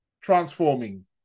transforming